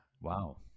Wow